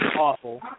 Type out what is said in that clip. awful